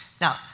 Now